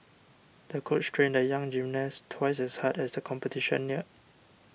the coach trained the young gymnast twice as hard as the competition neared